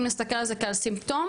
אם נסתכל על זה כעל סימפטום,